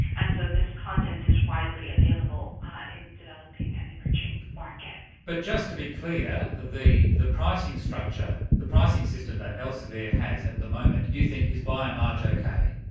and so this content is widely available in developing and emerging markets. but just to be clear, the the pricing so but the pricing system that elsevier has at the moment you think is by and large okay?